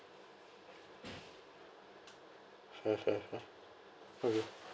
fair fair fair okay